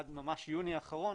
עד ממש יוני האחרון,